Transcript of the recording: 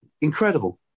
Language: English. Incredible